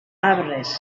arbres